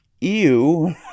EW